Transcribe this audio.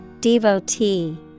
Devotee